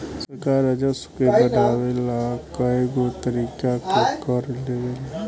सरकार राजस्व के बढ़ावे ला कएगो तरीका के कर लेवेला